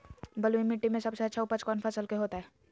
बलुई मिट्टी में सबसे अच्छा उपज कौन फसल के होतय?